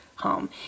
home